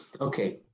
Okay